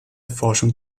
forschung